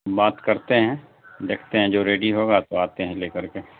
بات کرتے ہیں دیکھتے ہیں جو ریڈی ہوگا تو آتے ہیں لے کر کے